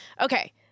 Okay